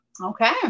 okay